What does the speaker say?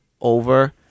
over